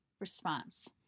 response